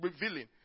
revealing